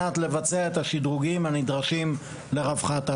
לבצע את השדרוגים הנדרשים לרווחת העוף.